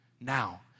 Now